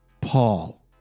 Paul